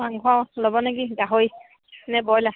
মাংস ল'ব নেকি গাহৰি নে ব্ৰইলাৰ